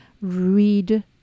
read